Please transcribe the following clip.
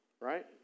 right